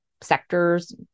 sectors